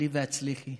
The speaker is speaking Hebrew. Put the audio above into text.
עלי והצליחי.